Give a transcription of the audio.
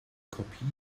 kopie